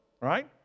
Right